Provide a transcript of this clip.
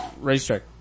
racetrack